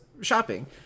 shopping